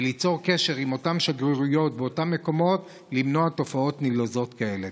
וליצור קשר עם אותן שגרירויות באותם מקומות למנוע תופעות נלוזות כאלה.